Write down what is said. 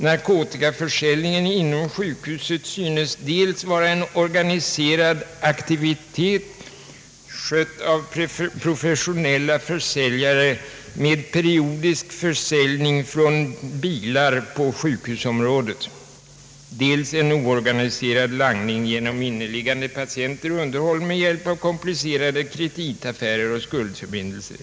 Narkotikaförsäljningen inom sjukhuset synes dels vara en organiserad aktivitet, skött av professionella försäljare med periodisk försäljning från bilar på sjukhusområdet, dels en organiserad langning genom inneliggande patienter och underhållen med hjälp av komplicerade kreditaffärer och skuldförbindelser.